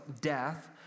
death